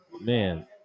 man